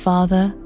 Father